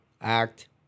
act